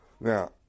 Now